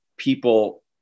people